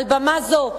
על במה זו,